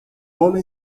homem